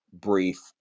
brief